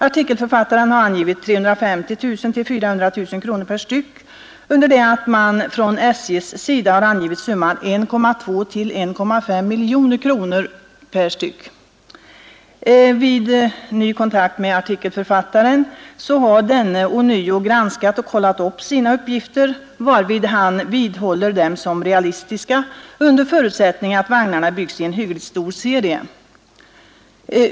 Artikelförfattaren har angivit 350 000-400 000 kronor per styck under det att man från SJ:s sida har angivit summan till 1,2—1,5 miljoner kronor. Vid kontakt med artikelförfattaren har denne ånyo granskat och kollat upp sina uppgifter, varvid han vidhåller dem som realistiska — under förutsättning att vagnarna byggs i en hyggligt stor serie.